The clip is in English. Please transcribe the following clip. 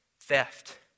theft